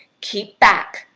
keep back!